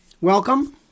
Welcome